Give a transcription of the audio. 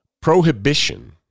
prohibition